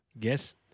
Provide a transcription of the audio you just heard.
Yes